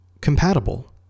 compatible